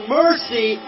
mercy